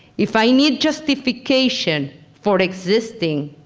if i need justification for existing,